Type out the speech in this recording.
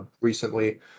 recently